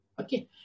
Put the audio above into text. Okay